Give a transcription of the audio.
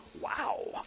wow